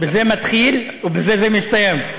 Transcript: בזה זה מתחיל ובזה זה מסתיים.